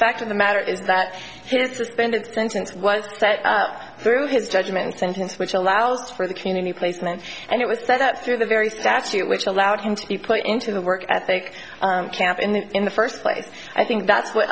fact of the matter is that his suspended sentence was through his judgment sentence which allows for the community placement and it was set up through the very statute which allowed him to be put into the work ethic camp and in the first place i think that's what